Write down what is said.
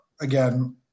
again